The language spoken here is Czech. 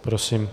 Prosím.